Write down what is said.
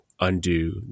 undo